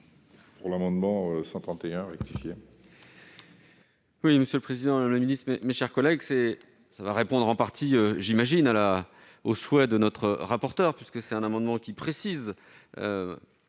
sur l'amendement n° 131 rectifié